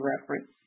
reference